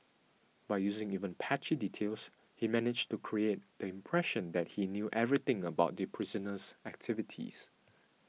by using even patchy details he managed to create the impression that he knew everything about the prisoner's activities